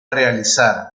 realizar